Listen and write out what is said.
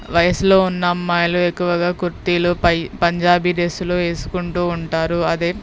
వయసులో ఉన్న అమ్మాయిలు ఎక్కువగా కుర్తీలు పై పంజాబీ డ్రెస్లు వేసుకుంటూ ఉంటారు అదే